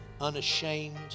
unashamed